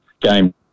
game